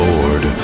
Lord